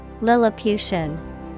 Lilliputian